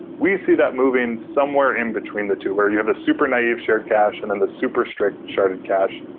we see that moving somewhere in between the two where you have the super naive shared cache and then and the super strict sharded cache.